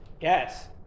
Yes